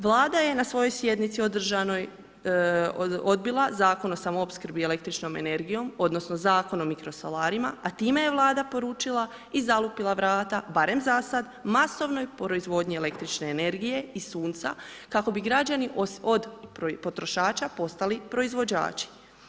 Vlada je na svojoj sjednici održanoj odbila Zakon o samoopskrbi električnom energijom odnosno Zakon o mikrosolarima, a time je Vlada poručila i zalupila vrata barem zasad, masovnoj proizvodnji električne energije i sunca kako bi građani od potrošača postali proizvođači.